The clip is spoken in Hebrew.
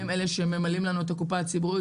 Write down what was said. הם אלה שממלאים לנו את הקופה הציבורית.